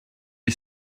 est